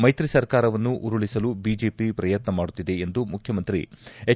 ಮೈತ್ರಿ ಸರ್ಕಾರವನ್ನು ಉರುಳಿಸಲು ಬಿಜೆಪಿ ಪ್ರಯತ್ನ ಮಾಡುತ್ತಿದೆ ಎಂದು ಮುಖ್ಯಮಂತ್ರಿ ಹೆಚ್